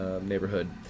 neighborhood